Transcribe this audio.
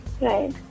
Right